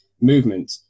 movement